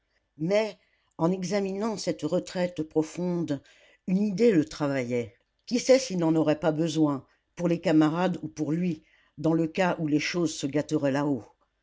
mais en examinant cette retraite profonde une idée le travaillait qui sait s'il n'en aurait pas besoin pour les camarades ou pour lui dans le cas où les choses se gâteraient là-haut